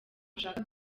ushaka